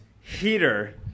heater